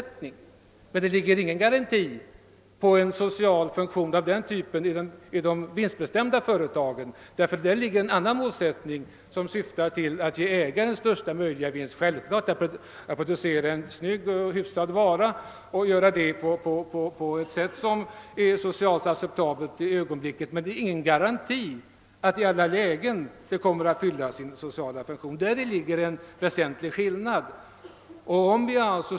Men det finns inte någon garanti för social funktion av detta slag då det gäller de vinstbestämda företagen, ty målet är härvidlag att ge ägaren största möjliga vinst. Självfallet vill dessa företag producera en god vara på ett för ögonblicket socialt acceptabelt sätt, men det saknas garanti för att de i alla lägen fyller sin sociala funktion. Här finns alltså en väsentlig skillnad.